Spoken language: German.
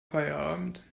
feierabend